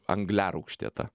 angliarūgštė ta